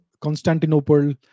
Constantinople